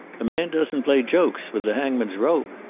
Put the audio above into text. a man doesn't play jokes with the hangman's rope,